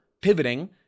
pivoting